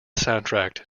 soundtrack